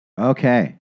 Okay